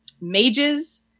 mages